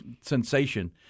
sensation